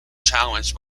challenge